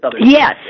Yes